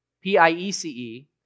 P-I-E-C-E